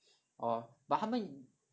orh but 他们